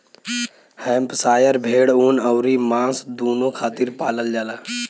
Hampshire भेड़ ऊन अउरी मांस दूनो खातिर पालल जाला